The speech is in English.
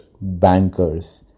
bankers